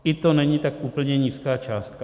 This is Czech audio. Ani to není tak úplně nízká částka.